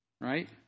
Right